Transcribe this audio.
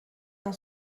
dans